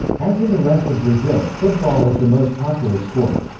as in the rest of brazil, football is the most popular sport.